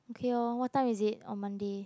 okay lor what time is it on Monday